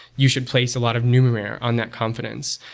you should place a lot of numerair on that confidence.